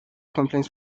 complaints